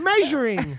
measuring